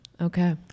Okay